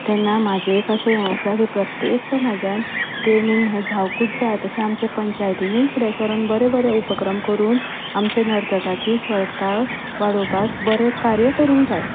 तेन्ना म्हजें एक अशें हें आसा की प्रत्येक समाजांत ट्रॅनिंग हें जावुंकूच जाय तशें आमचे पंचायतीनूय फुडें सरून बरे बरे उपक्रम करून आमचे नर्तकांची छळटाय वाडोवपाक बरें कार्य करूंक जाय